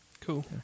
cool